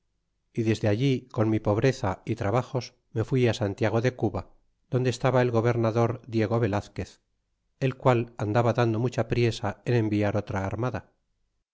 y desde allí con mi pobreza y trabajos me fui ti santiago de cuba adonde estaba el gobernador diego velazquez el qual andaba dando mucha priesa en enviar otra armada